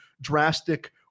drastic